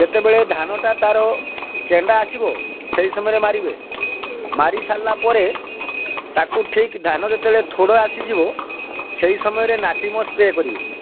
ଯେତେବେଳେ ଧାନଟା ତା'ର କେଣ୍ଡା ଆସିବ ସେଇ ସମୟରେ ମାରିବେ ମାରିସାରିଲା ପରେ ତାକୁ ଠିକ୍ ଧାନ ଯେତେବେଳେ ଥୋଡ଼ ଆସିଯିବ ସେଇ ସମୟରେ ନାଟିମସ୍ ସ୍ପ୍ରେ କରିବେ